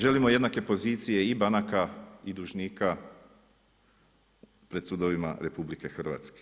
Želimo jednake pozicije i banaka i dužnika pred sudovima RH.